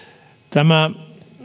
tämä